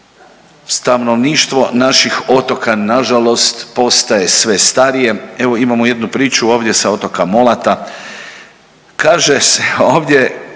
stanovništvo naših otoka nažalost postaje sve starije, evo imamo jednu priču ovdje sa otoka Molata. Kaže se ovdje